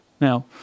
Now